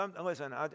listen